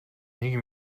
нэг